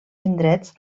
indrets